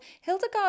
Hildegard